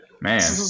Man